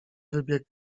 wybiegł